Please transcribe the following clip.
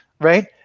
right